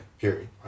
period